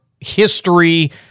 history